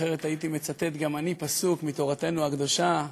אחרת הייתי מצטט גם אני פסוק מתורתנו הקדושה,